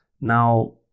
Now